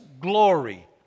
glory